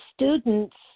students